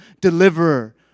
Deliverer